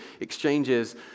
exchanges